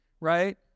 right